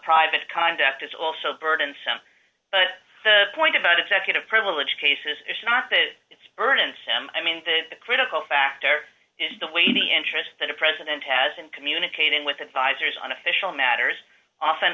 private conduct is also burdensome but the point about executive privilege cases is not that it's burdensome i mean the critical factor is the way the interest that a president has in communicating with advisors on official matters often